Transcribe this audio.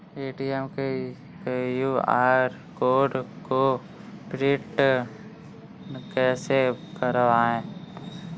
Paytm के QR code को print कैसे करवाएँ?